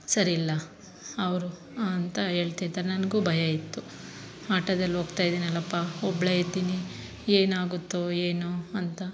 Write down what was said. ಸರಿ ಇಲ್ಲ ಅವರು ಅಂತ ಹೇಳ್ತಿದ್ದು ನನಗೂ ಭಯ ಇತ್ತು ಆಟೋದಲ್ಲಿ ಹೋಗ್ತಾ ಇದ್ದೀನಲ್ಲಪ್ಪ ಒಬ್ಬಳೇ ಇದ್ದೀನಿ ಏನಾಗುತ್ತೋ ಏನೋ ಅಂತ